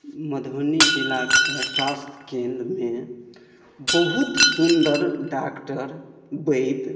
मधुबनी जिलाके स्वास्थ्य केन्द्रमे बहुत सुन्दर डॉक्टर वैद्य